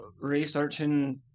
researching